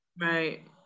Right